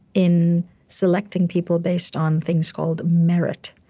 in selecting people based on things called merit,